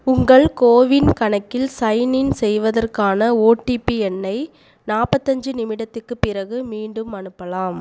உங்கள் கோவின் கணக்கில் சைன்இன் செய்வதற்கான ஓடிபி எண்ணை நாற்பத்தஞ்சு நிமிடத்துக்குப் பிறகு மீண்டும் அனுப்பலாம்